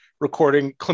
recording